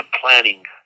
planning